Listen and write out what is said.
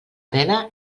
pela